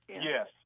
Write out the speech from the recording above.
Yes